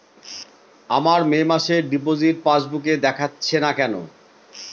আমার মে মাসের ডিপোজিট পাসবুকে দেখাচ্ছে না কেন?